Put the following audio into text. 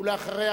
ואחריה,